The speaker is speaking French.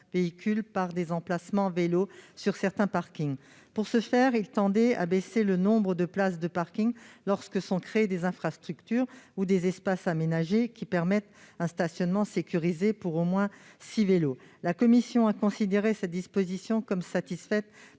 véhicules par des emplacements pour vélos sur certains parkings. Pour ce faire, il prévoyait de diminuer le nombre de places de parking lorsque sont créés des infrastructures ou des espaces aménagés permettant un stationnement sécurisé pour au moins six vélos. La commission a considéré que cette disposition était satisfaite